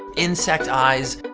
insect eyes.